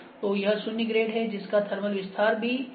तो यह शून्य ग्रेड है जिसका थर्मल विस्तार भी 0 है